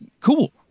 Cool